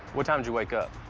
what time did you wake up?